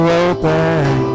open